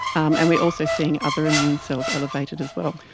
um and we're also seeing other immune cells elevated as well.